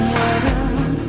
world